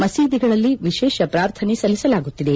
ಮಸೀದಿಗಳಲ್ಲಿ ವಿಶೇಷ ಪ್ರಾರ್ಥನೆ ಸಲ್ಲಿಸಲಾಗುತ್ತಿದೆ